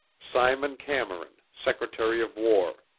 simon cameron, secretary of war.